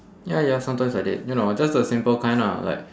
ya ya sometimes I did you know just the simple kind ah like